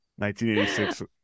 1986